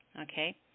okay